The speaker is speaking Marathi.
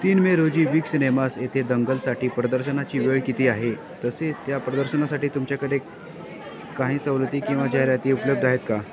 तीन मे रोजी बिग सिनेमास येथे दंगलसाठी प्रदर्शनाची वेळ किती आहे तसेच त्या प्रदर्शनासाठी तुमच्याकडे काही सवलती किंवा जाहिराती उपलब्ध आहेत का